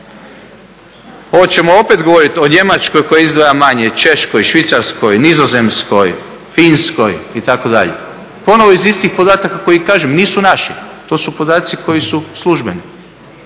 Hoćemo opet govoriti o Njemačkoj koja izdvaja manje, Češkoj, Švicarskoj, Nizozemskoj, Finskoj itd. ponovno iz istih podataka koji kažem nisu naši. To su podaci koji su službeni.